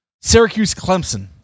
Syracuse-Clemson